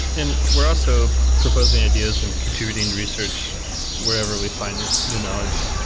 and we're also proposing ideas and contributing research wherever we find new knowledge.